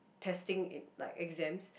testing in like exams